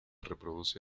reproduce